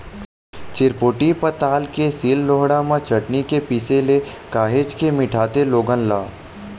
चिरपोटी पताल के सील लोड़हा म चटनी के पिसे ले काहेच के मिठाथे लोगन ला